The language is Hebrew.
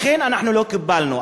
ולכן לא קיבלנו.